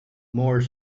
more